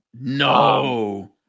No